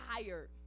tired